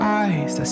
eyes